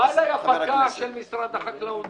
בא אליי הפקח של משרד החקלאות.